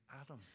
Adam